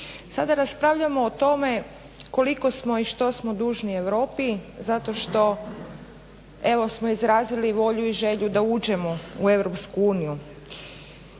Sada raspravljamo o tome koliko smo i što smo dužni Europi zato što evo smo izrazili volju i želju da uđemo u Europsku uniju.